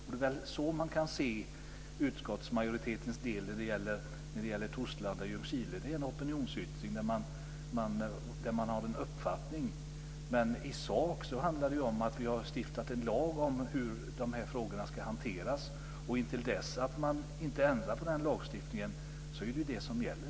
Och det är väl på det sättet som man kan se utskottsmajoritetens skrivning när det gäller Torslanda och Ljungskile. Det är en opinionsyttring där man har en uppfattning. Men i sak handlar det ju om att vi har stiftat en lag om hur dessa frågor ska hanteras. Och intill dess att man inte ändrar på den lagstiftningen så är det ju den som gäller.